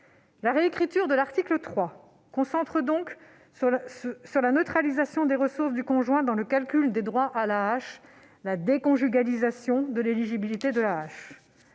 La réécriture de l'article 3 se concentre donc sur la neutralisation des ressources du conjoint dans le calcul des droits à l'AAH : la « déconjugalisation » de l'éligibilité de l'AAH.